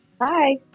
Hi